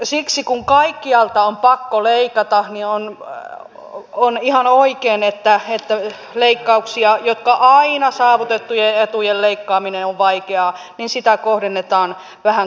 siksi kun kaikkialta on pakko leikata on ihan oikein että leikkauksia aina saavutettujen etujen leikkaaminen on vaikeaa kohdennetaan vähän kaikkialle